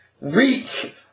Reek